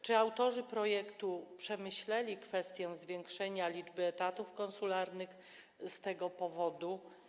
Czy autorzy projektu przemyśleli kwestię zwiększenia liczby etatów konsularnych z tego powodu?